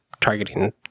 targeting